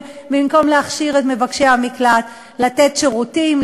במקום להכשיר את מבקשי המקלט לתת שירותים,